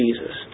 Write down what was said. Jesus